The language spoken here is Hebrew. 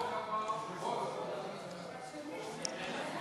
ההצעה להעביר את הצעת חוק העסקים הקטנים והבינוניים,